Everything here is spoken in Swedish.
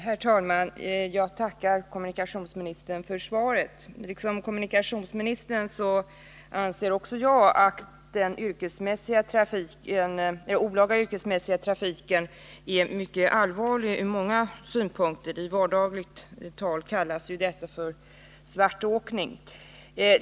Herr talman! Jag tackar herr kommunikationsministern för svaret. Liksom kommunikationsministern anser jag att den olaga yrkesmässiga trafiken — i vardagligt tal kallad svartåkning — är allvarlig från många synpunkter.